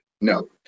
no